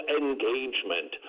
engagement